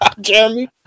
Jeremy